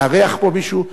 לארח פה מישהו.